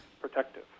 Protective